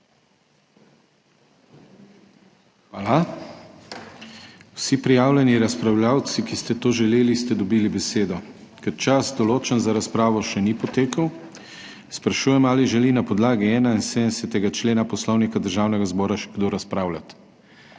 Hvala. Vsi prijavljeni razpravljavci, ki ste to želeli, ste dobili besedo. Ker čas, določen za razpravo, še ni potekel, sprašujem ali želi na podlagi 71. člena Poslovnika Državnega zbora še kdo razpravljati.